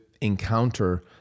encounter